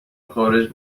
خارج